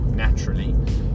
Naturally